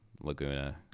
Laguna